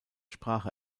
sprache